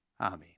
Amen